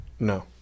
No